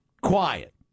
quiet